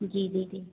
जी जी जी